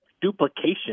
duplication